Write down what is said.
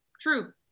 true